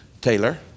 Taylor